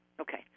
okay